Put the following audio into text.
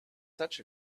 such